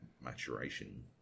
maturation